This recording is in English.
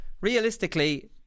realistically